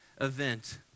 event